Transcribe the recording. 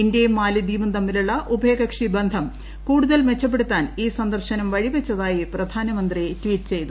ഇന്ത്യയും മാലിദ്വീപും തമ്മിലുള്ള ഉഭയകക്ഷി ബന്ധം കൂടുതൽ മെച്ചപ്പെടുത്താൻ ഈ സന്ദർശനം വഴിവച്ചതായി പ്രധാനമന്ത്രി ട്വീറ്റ് ചെയ്തു